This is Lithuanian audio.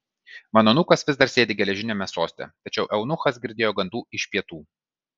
mano anūkas vis dar sėdi geležiniame soste tačiau eunuchas girdėjo gandų iš pietų